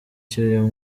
cy’uyu